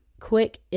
quick